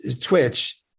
Twitch